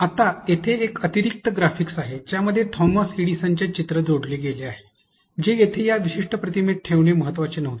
आता येथे एक अतिरिक्त ग्राफिक्स आहे ज्यामध्ये थॉमस एडिसनचे हे चित्र जोडले गेले आहे जे येथे या विशिष्ट प्रतिमेत ठेवणे महत्वाचे नव्हते